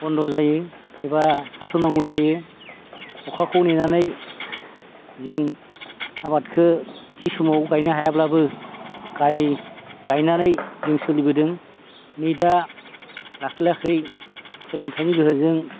बन्द' जायो एबा थाथ'नांगौ जायो अखाखौ नेनानै जों आबादखौ थि समाव गायनो हायाब्लाबो गायनानै जों सोलिबोदों नै दा लाखै लाखै सोलोंथायनि गोहोजों